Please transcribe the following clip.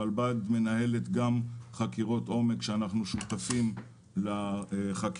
הרלב"ד מנהלת גם חקירות עומק שאנחנו שותפים להן.